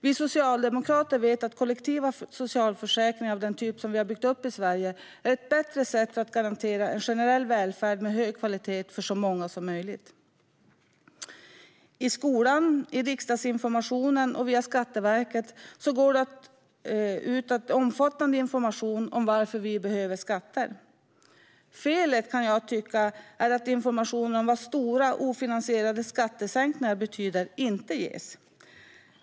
Vi socialdemokrater vet att kollektiva socialförsäkringar av den typ vi har byggt upp i Sverige är ett bättre sätt att garantera en generell välfärd med hög kvalitet för så många som möjligt. I skolan, i riksdagsinformationen och via Skatteverket går det ut en omfattande information om varför vi behöver skatter. Felet, kan jag tycka, är att information om vad stora, ofinansierade skattesänkningar betyder inte ges.